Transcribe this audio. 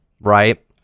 right